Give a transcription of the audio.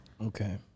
Okay